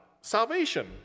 salvation